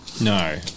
no